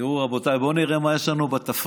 תראו, רבותיי, בואו נראה מה יש לנו בתפריט